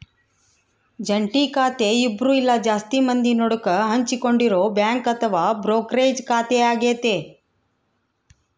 ಜಂಟಿ ಖಾತೆ ಇಬ್ರು ಇಲ್ಲ ಜಾಸ್ತಿ ಮಂದಿ ನಡುಕ ಹಂಚಿಕೊಂಡಿರೊ ಬ್ಯಾಂಕ್ ಅಥವಾ ಬ್ರೋಕರೇಜ್ ಖಾತೆಯಾಗತೆ